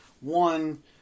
One